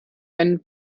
einem